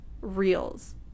Reels